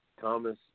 Thomas